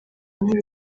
muri